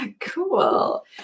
Cool